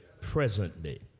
presently